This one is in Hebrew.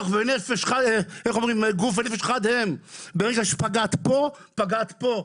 גוף ונפש אחד הם, ברגע שפגעת פה פגעת פה,